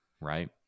right